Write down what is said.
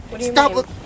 Stop